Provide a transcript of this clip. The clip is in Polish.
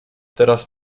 teraz